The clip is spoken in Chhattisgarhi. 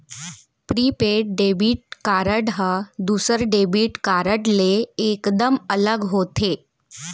प्रीपेड डेबिट कारड ह दूसर डेबिट कारड ले एकदम अलग होथे